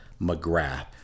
McGrath